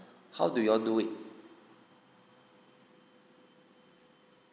how do you all do it